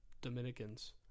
Dominicans